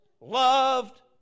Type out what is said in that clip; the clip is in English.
loved